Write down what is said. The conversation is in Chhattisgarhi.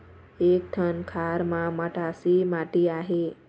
एक ठन खार म मटासी माटी आहे?